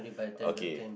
okay